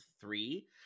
three